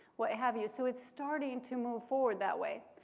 what have you. so it's starting to move forward that way.